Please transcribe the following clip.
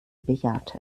bejahte